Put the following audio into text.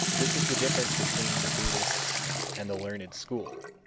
this is the difference between the buddhists and the learned school.